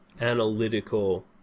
analytical